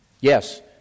Yes